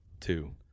Two